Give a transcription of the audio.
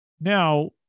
Now